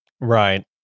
right